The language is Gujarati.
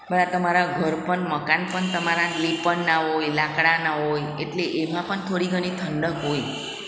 બધા તમારા ઘર પણ મકાન પણ તમારા લીંપણના હોય લાકડાના હોય એટલે એમાં પણ થોડી ઘણી ઠંડક હોય